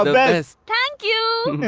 best. thank you.